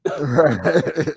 Right